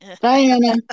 Diana